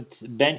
bench